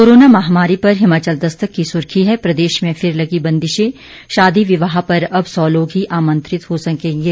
corona महामारी पर हिमाचल दस्तक की सुर्खी है प्रदेश में फिर लगीं बंदिशें शादी विवाह पर अब सौ लोग ही आमंत्रित हो सकेंगे